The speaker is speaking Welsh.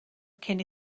cyn